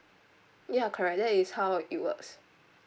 ya correct that is how it works